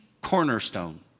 cornerstone